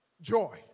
joy